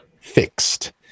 fixed